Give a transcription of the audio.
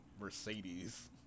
Mercedes